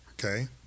Okay